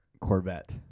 Corvette